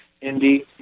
Indy